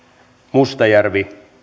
mustajärvi